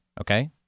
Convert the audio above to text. okay